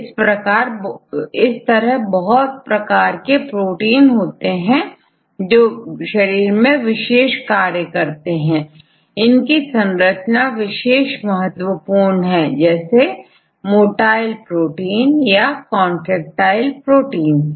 tइस तरह बहुत प्रकार के प्रोटीन होते हैं जो शरीर में विशेष कार्य करते हैं इनकी संरचना विशेष महत्वपूर्ण होती है जैसे motile प्रोटीन या कॉन्टैक्टाइल प्रोटींस